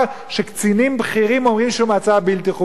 שקצינים בכירים אומרים שהוא מעצר בלתי חוקי.